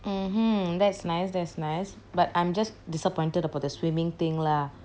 mmhmm that's nice that's nice but I'm just disappointed about the swimming thing lah